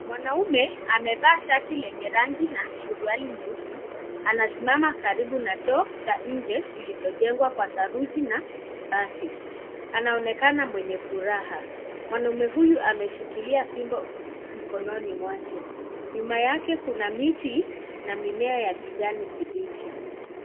Mwanaume, amevaa shati lenye rangi, na, suruari nyeusi, anasimama karibu na choo, cha nje, kulichojrngwa kwa saruji na, bati, anaonekana mwenye furaha, mwanaume huyu ameshikilia fimbo mkononi mwake, nyuma yake kuna miti, na mimea ya kijani kibichi.